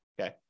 Okay